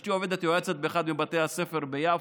אשתי עובדת כיועצת באחד מבתי הספר ביפו.